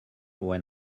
when